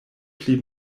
pli